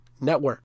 network